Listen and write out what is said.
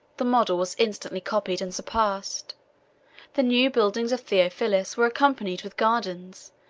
the model was instantly copied and surpassed the new buildings of theophilus were accompanied with gardens,